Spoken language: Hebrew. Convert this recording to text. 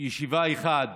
ישיבה אחת